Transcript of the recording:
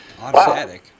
Automatic